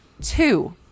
Two